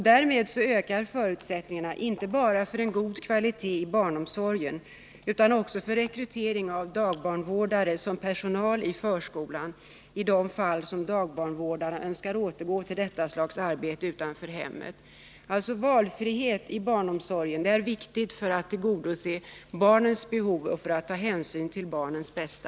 Därmed ökar förutsättningarna inte bara för en god kvalitet i barnomsorgen utan också för rekrytering av dagbarnvårdare som personal i förskolan i de fall då dagbarnvårdarna önskar övergå till detta slags arbete utanför hemmet. Alltså: Valfrihet inom barnomsorgen är viktig för att man skall kunna tillgodose barnens behov och ta hänsyn till barnens bästa.